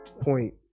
point